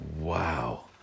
wow